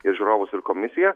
ir žiūrovus ir komisiją